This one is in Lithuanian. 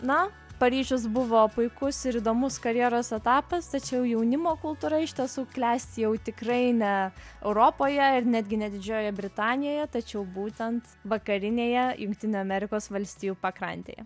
na paryžius buvo puikus ir įdomus karjeros etapas tačiau jaunimo kultūra iš tiesų klesti jau tikrai ne europoje ir netgi ne didžiojoje britanijoje tačiau būtent vakarinėje jungtinių amerikos valstijų pakrantėje